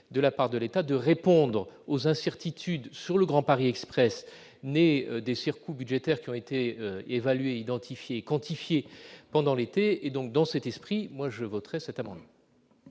de la part de l'État, de répondre aux incertitudes sur le Grand Paris Express née des cirques ou budgétaires qui ont été évalués identifier et quantifier pendant l'été et donc dans cette esprit moi je voterai cette amende.